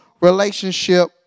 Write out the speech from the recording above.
relationship